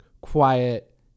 quiet